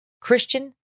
Christian